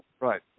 Right